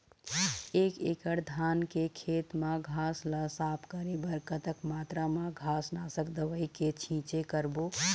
एक एकड़ धान के खेत मा घास ला साफ करे बर कतक मात्रा मा घास नासक दवई के छींचे करबो?